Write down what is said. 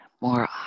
more